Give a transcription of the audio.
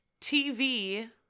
TV